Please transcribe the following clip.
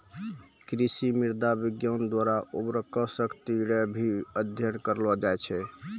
कृषि मृदा विज्ञान द्वारा उर्वरा शक्ति रो भी अध्ययन करलो जाय छै